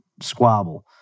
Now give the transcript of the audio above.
squabble